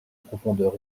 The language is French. profondeur